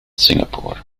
singapore